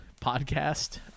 podcast